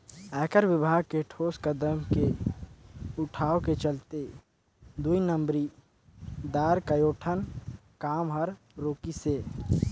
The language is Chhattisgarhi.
आयकर विभाग के ठोस कदम के उठाव के चलते दुई नंबरी दार कयोठन काम हर रूकिसे